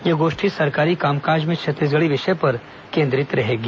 यह गोष्ठी सरकारी काम काज में छत्तीसगढ़ी विषय पर केन्द्रित रहेगी